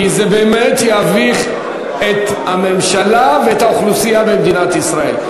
כי זה באמת יביך את הממשלה ואת האוכלוסייה במדינת ישראל.